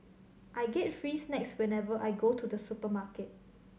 I get free snacks whenever I go to the supermarket